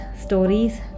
stories